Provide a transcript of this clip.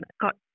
got